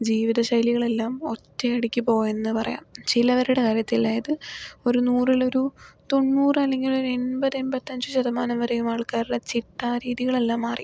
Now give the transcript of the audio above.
ജീവിത ശൈലികളെല്ലാം ഒറ്റയടിക്ക് പോയെന്ന് പറയാം ചിലവരുടെ കാര്യത്തിൽ അതായത് ഒരു നൂറിലൊരു തൊണ്ണൂറു അല്ലെങ്കിൽ ഒരു എൺപത് എൺപത്തഞ്ചു ശതമാനം വരെയും ആൾക്കാരിലെ ചിട്ടാ രീതികളെല്ലാം മാറി